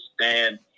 stand